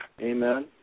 Amen